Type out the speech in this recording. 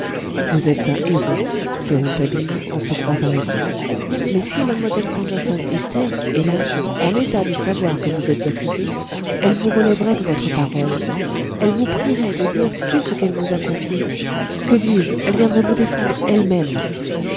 vous êtes un héros fait rouletabille en se croisant les bras mais si mlle stangerson était hélas en état de savoir que vous êtes accusé elle vous relèverait de votre parole elle vous prierait de dire tout ce qu'elle vous a confié que dis-je elle viendrait vous défendre ellemême